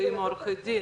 עורכי דין